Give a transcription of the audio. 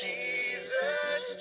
Jesus